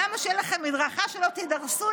למה שתהיה לכם מדרכה, שלא תידרסו?